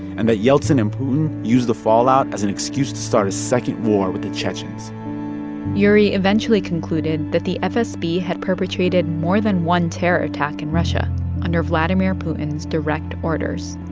and that yeltsin and putin used the fallout as an excuse to start a second war with the chechens yuri eventually concluded that the fsb had perpetrated more than one terror attack in russia under vladimir putin's direct orders.